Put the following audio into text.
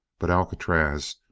but alcatraz,